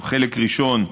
חלק ראשון,